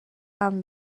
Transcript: امن